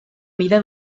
mida